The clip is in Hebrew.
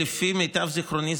לפי מיטב זיכרוני,